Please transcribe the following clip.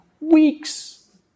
weeks